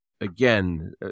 again